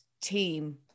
team